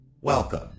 Welcome